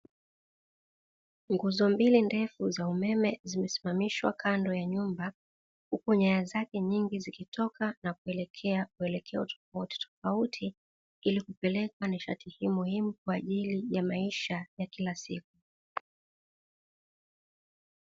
Nguzo mbili ndefu za umeme, zimesimamishwa kando ya nyumba, huku nyaya zake nyingi zikitoka na kuelekea mwelekeo tofautitofauti, ili kupelekwa nishati hii muhimu kwa ajili ya maisha ya kila siku.